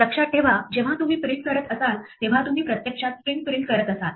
लक्षात ठेवा जेव्हा तुम्ही प्रिंट करत असाल तेव्हा तुम्ही प्रत्यक्षात स्ट्रिंग प्रिंट करत असाल